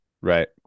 Right